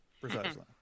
Precisely